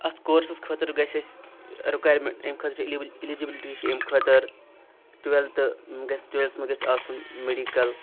اَتھ کورسَس خٲطرٕ گژھِ اَسہِ رِکایَرمٮ۪نٛٹ اَمہِ خٲطرٕ چھِ اِلِبہِ اِلِجبِلِٹی چھِ اَمہِ خٲطر ٹُوٮ۪لتھ گژھِ ٹُوٮ۪لتھَس منٛز گژھِ آسُن مٮ۪ڈِکَل